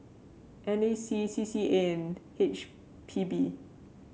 N A C C C A and H P B